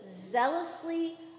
zealously